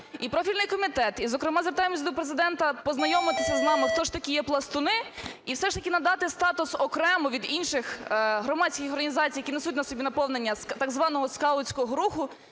і профільний комітет, і, зокрема, звертаємося до Президента познайомитися з нами, хто ж такі є пластуни, і все ж таки надати статус окремо від інших громадських організацій, які несуть на собі наповнення так званого скаутського руху,